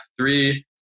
three